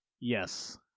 yes